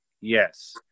yes